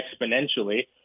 exponentially